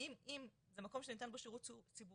אם זה מקום שניתן בו שירות ציבורי,